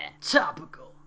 Topical